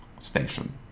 station